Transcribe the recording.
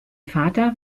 vater